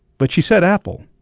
but she said apple,